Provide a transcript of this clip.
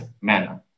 manner